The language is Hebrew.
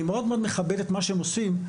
אני מאוד מכבד את מה שהם עושים.